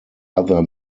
other